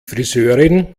friseurin